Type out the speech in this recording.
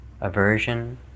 aversion